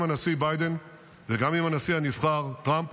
הנשיא ביידן וגם עם הנשיא הנבחר טראמפ,